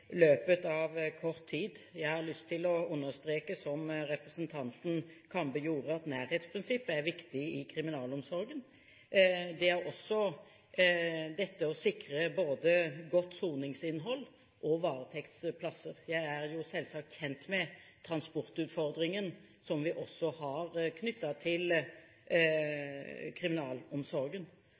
løpet av kort tid. Jeg har lyst til å understreke, som også representanten Kambe gjorde, at nærhetsprinsippet er viktig i kriminalomsorgen. Det er også det å sikre godt soningsinnhold og varetektsplasser. Jeg er selvsagt kjent med transportutfordringen som vi har knyttet til kriminalomsorgen.